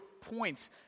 points